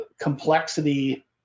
complexity